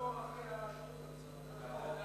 צריך לעקוב אחרי השטות הזאת.